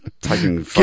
taking